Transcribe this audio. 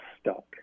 stuck